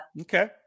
Okay